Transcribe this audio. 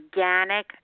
organic